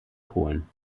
polen